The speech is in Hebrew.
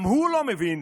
גם הוא לא מבין